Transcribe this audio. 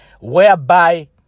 whereby